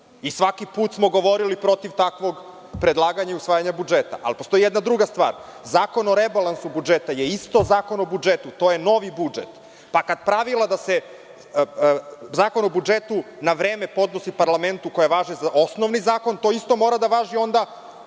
Svaki put smo govorili protiv takvog predlaganja i usvajanja budžeta, ali postoji jedna druga stvar. Zakon o rebalansu budžeta je isto Zakon o budžetu. To je novi budžet. Kada pravila da se Zakon o budžetu na vreme podnosi parlamentu koji važi za osnovni zakon, to isto mora da važi u